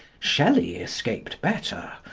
shelley escaped better.